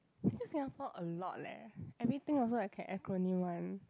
actuallly Singapore a lot leh everything also I can acronym one